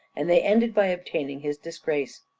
and they ended by obtaining his disgrace.